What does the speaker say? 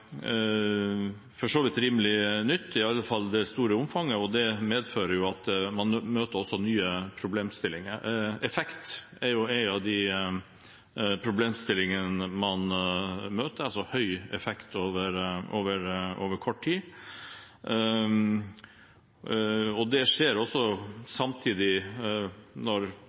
for så vidt rimelig nytt, i alle fall det store omfanget. Det medfører at man også møter nye problemstillinger. Effekt er en av de problemstillingene man møter, altså høy effekt over kort tid. Det skjer samtidig – når